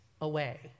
away